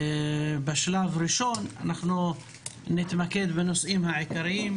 בשלב ראשון אנחנו נתמקד בנושאים העיקריים.